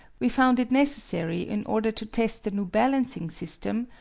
we found it necessary, in order to test the new balancing system,